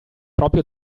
proprio